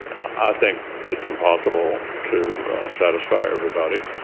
i think it's impossible to satisfy everybody.